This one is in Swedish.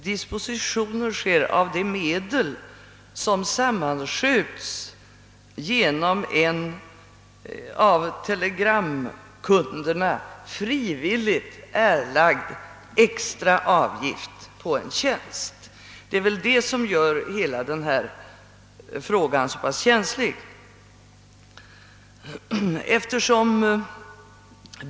Dispositionen av de medel som sammanskjuts genom en av telegramkunderna frivilligt erlagd extra avgift för en tjänst har också helt naturligt allmänt intresse, och det är detta som gör frågan känslig.